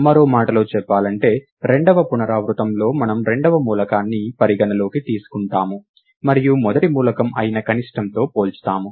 మరో మాటలో చెప్పాలంటే రెండవ పునరావృతంలో మనము రెండవ మూలకాన్ని పరిగణలోకి తీసుకుంటాము మరియు మొదటి మూలకం అయిన కనిష్టంతో పోల్చుతాము